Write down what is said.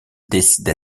décida